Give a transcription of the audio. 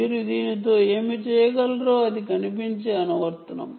మీరు దానితో ఏమి చేయగలరో అది ఇప్పుడు కనిపిస్తుంది